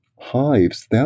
hives